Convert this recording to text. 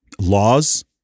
laws